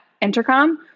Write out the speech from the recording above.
Intercom